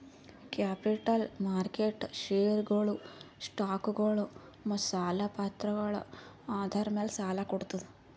capital market ಷೇರ್ಗೊಳು, ಸ್ಟಾಕ್ಗೊಳು ಮತ್ತ್ ಸಾಲ ಪತ್ರಗಳ್ ಆಧಾರ್ ಮ್ಯಾಲ್ ಸಾಲ ಕೊಡ್ತದ್